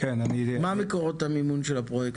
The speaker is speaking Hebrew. מה מקורות המימון של הפרויקט?